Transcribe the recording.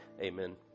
amen